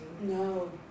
No